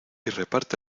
reparte